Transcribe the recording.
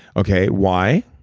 okay, why?